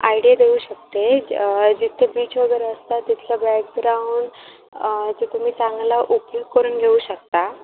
idea देऊ शकते जिथे बीच वगैरे असतात तिथलं बॅकग्राऊंड ते तुम्ही चांगला उपयोग करून घेऊ शकता